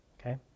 Okay